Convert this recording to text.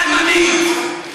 מי אדוני?